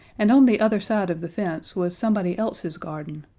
and on the other side of the fence was somebody else's garden,